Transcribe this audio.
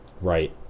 right